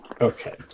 Okay